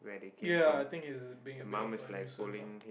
ya I think he's being a bit of a nuisance ah